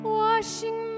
washing